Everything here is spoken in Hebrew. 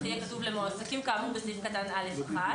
יהיה כתוב: למועסקים כאמור בסעיף קטן (א)(1),